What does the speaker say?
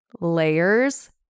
layers